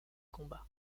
combats